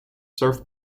surf